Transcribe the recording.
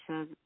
says